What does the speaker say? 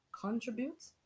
contributes